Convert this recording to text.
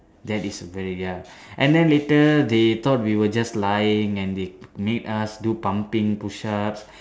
that is very ya and then later they thought we were just lying and they made us do pumping push ups